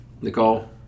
Nicole